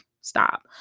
stop